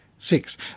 Six